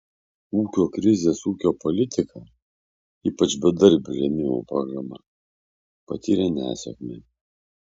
ūkio krizės ūkio politika ypač bedarbių rėmimo programa patyrė nesėkmę